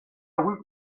woot